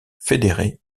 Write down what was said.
fédérés